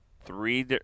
three